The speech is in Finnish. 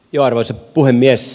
arvoisa puhemies